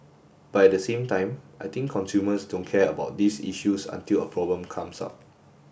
but at the same time I think consumers don't care about these issues until a problem comes up